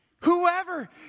Whoever